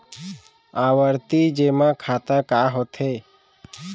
आवर्ती जेमा खाता का होथे?